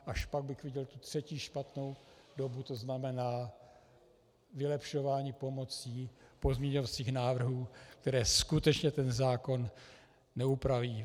Až pak bych viděl tu třetí, špatnou dobu, to znamená vylepšování pomocí pozměňovacích návrhů, které skutečně ten zákon neupraví.